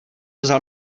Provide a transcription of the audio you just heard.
vzal